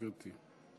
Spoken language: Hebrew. גברתי.